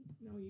No